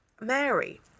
Mary